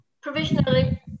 provisionally